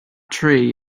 tree